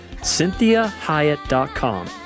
CynthiaHyatt.com